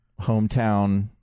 hometown